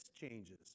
changes